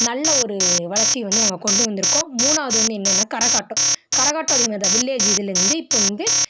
நல்ல ஒரு வளர்ச்சியை வந்து நாங்கள் கொண்டு வந்துருக்கோம் மூணாவது வந்து என்னன்னால் கரகாட்டம் கரகாட்டம் அதே மாதிரி தான் வில்லேஜ் இதுலேருந்து இப்போ வந்து